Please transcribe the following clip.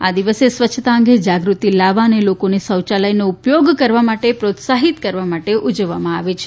આ દિવસે સ્વચ્છતા અંગે જાગૃતિ લાવવા અને લોકોને શૌચાલયને ઉપયોગ કરવા માટે પ્રોત્સાહિત કરવા માટે ઉજવવામાં આવે છે